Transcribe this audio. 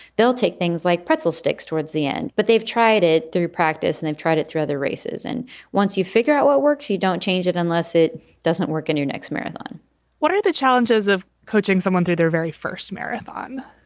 they'll take things like pretzel sticks towards the end. but they've tried it through practice and they've tried it through other races. and once you figure out what works, you don't change it unless it doesn't work in your next marathon what are the challenges of coaching someone through their very first marathon?